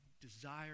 desire